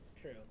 true